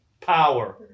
power